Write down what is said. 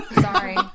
Sorry